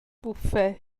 bwffe